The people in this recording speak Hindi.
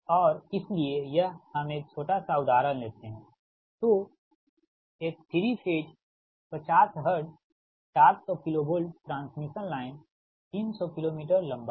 और इसलिए यह हम एक छोटा सा उदाहरण लेते हैं तो एक 3 phase 50 hertz 400 k v transmission line 300 kilometre लंबा है